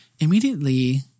immediately